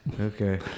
Okay